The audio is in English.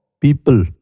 people